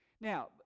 Now